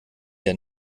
der